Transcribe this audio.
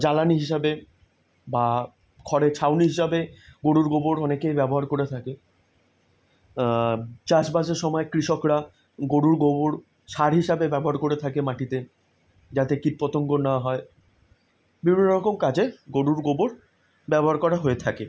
জ্বালানি হিসাবে বা খড়ের ছাউনি হিসাবে গরুর গোবর অনেকেই ব্যবহার করে থাকে চাষবাসের সময় কৃষকরা গরুর গোবর সার হিসাবে ব্যবহার করে থাকে মাটিতে যাতে কীট পতঙ্গ না হয় বিভিন্ন রকম কাজে গরুর গোবর ব্যবহার করা হয়ে থাকে